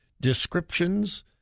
descriptions